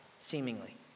seemingly